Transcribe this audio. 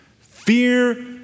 Fear